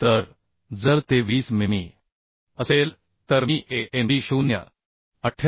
तर जर ते 20 मिमी असेल तर मी Anb 0